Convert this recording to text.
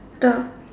the